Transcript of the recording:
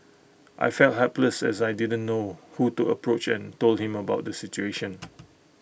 I felt helpless as I didn't know who to approach and told him about the situation